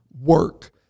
work